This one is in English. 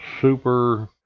super